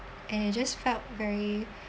and it just felt very